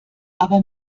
aber